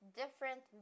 different